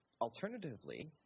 Alternatively